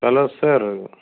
hello sir